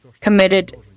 committed